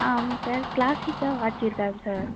ஆ ஆமாம் சார் க்ளாஸிக்கா வாட்ச் இருக்காங்க சார்